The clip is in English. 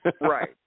Right